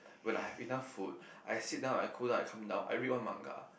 when I have enough food I sit down I cool down I calm down I I read one manga